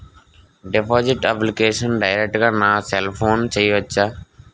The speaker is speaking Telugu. డిపాజిట్ అప్లికేషన్ డైరెక్ట్ గా నా సెల్ ఫోన్లో చెయ్యచా?